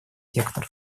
сектор